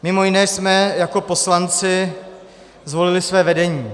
Mimo jiné jsme jako poslanci zvolili své vedení.